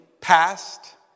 past